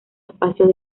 espacios